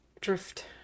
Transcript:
Drift